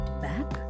back